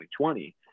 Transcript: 2020